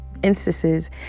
instances